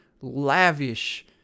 lavish